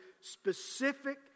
specific